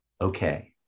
okay